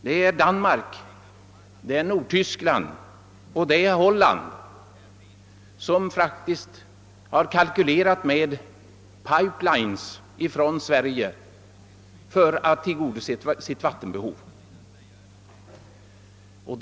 Detta gäller Danmark, Nordtyskland och Holland som faktiskt har kalkylerat med pipe-lines från Sverige för att få sitt vattenbehov tillgodosett.